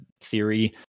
theory